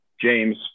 James –